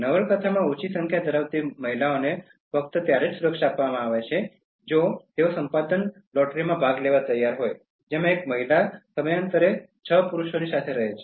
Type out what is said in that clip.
નવલકથામાં ઓછી સંખ્યા ધરાવતી મહિલાઓને ફક્ત ત્યારે જ સુરક્ષા આપવામાં આવે છે જો તેઓ સંપાદન લોટરીમાં ભાગ લેવા તૈયાર હોય જેમાં એક મહિલા સમયાંતરે છ પુરુષો સાથે રહે છે